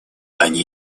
они